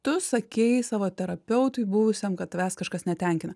tu sakei savo terapeutui buvusiam kad tavęs kažkas netenkina